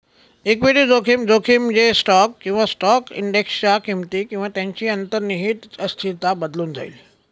equity जोखीम, जोखीम जे स्टॉक किंवा स्टॉक इंडेक्सच्या किमती किंवा त्यांची अंतर्निहित अस्थिरता बदलून जाईल